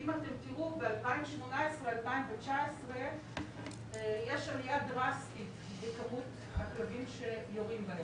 ואם אתם תראו ב-2018-2019 יש עליה דרסטית בכמות הכלבים שיורים בהם.